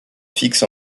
fixe